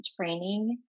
training